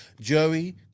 Joey